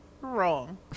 wrong